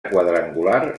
quadrangular